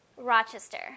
Rochester